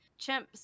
chimps